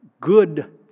good